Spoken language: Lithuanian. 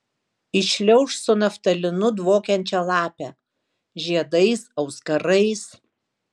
įšliauš su naftalinu dvokiančia lape žiedais auskarais